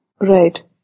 Right